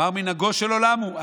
"אמר: מנהגו של עולם הוא.